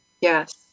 Yes